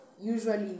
usually